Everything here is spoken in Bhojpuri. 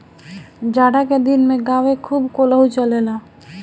जाड़ा के दिन में गांवे खूब कोल्हू चलेला